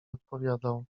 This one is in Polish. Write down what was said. odpowiadał